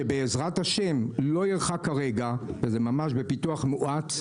שבעזרת ה' לא ירחק הרגע, זה ממש בפיתוח מואץ,